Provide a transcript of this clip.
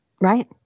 Right